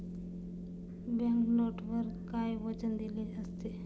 Bank नोटवर काय वचन दिलेले असते?